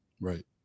Right